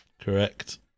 Correct